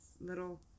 little